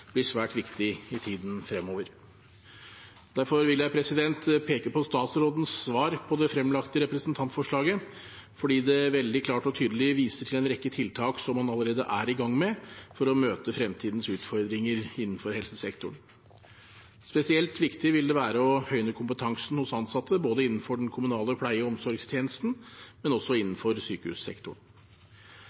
blir svært viktig i tiden fremover. Derfor vil jeg peke på statsrådens svar på det fremlagte representantforslaget, fordi det veldig klart og tydelig viser til en rekke tiltak som man allerede er i gang med for å møte fremtidens utfordringer innenfor helsesektoren. Spesielt viktig vil det være å høyne kompetansen hos ansatte både innenfor den kommunale pleie- og omsorgstjenesten og innenfor sykehussektoren.